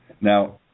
Now